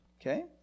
Okay